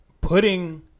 Putting